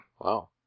Wow